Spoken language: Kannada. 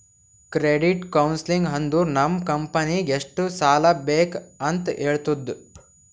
ಕ್ರೆಡಿಟ್ ಕೌನ್ಸಲಿಂಗ್ ಅಂದುರ್ ನಮ್ ಕಂಪನಿಗ್ ಎಷ್ಟ ಸಾಲಾ ಬೇಕ್ ಅಂತ್ ಹೇಳ್ತುದ